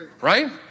Right